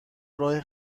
راه